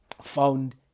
found